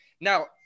Now